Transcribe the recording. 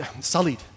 sullied